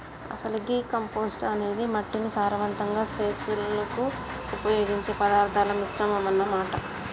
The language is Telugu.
అసలు గీ కంపోస్టు అనేది మట్టిని సారవంతం సెసులుకు ఉపయోగించే పదార్థాల మిశ్రమం అన్న మాట